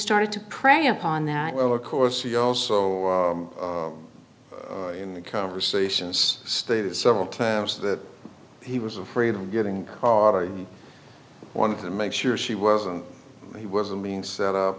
started to pray upon that well of course she also in the conversations stated several times that he was afraid of getting caught i wanted to make sure she wasn't he wasn't being set up